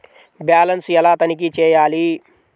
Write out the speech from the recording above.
Balance ఎలా తనిఖీ చేయాలి?